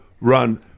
run